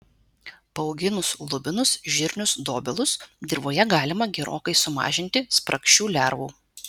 paauginus lubinus žirnius dobilus dirvoje galima gerokai sumažinti spragšių lervų